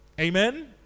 Amen